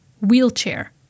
wheelchair